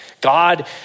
God